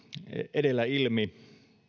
edellä ilmi